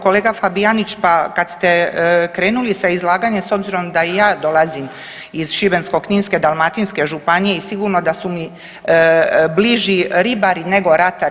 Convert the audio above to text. Kolega Fabijanić, pa kad ste krenuli sa izlaganjem s obzirom da i ja dolazim iz Šibensko-kninske, Dalmatinske županije i sigurno da su mi bliži ribari nego ratari.